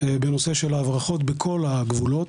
בנושא של ההברחות בכל הגבולות.